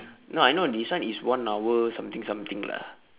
no I know this one is one hour something something lah